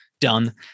done